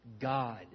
God